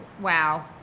Wow